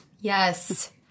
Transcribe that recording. yes